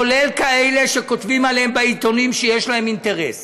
כולל כאלה שכותבים עליהם בעיתונים שיש להם אינטרס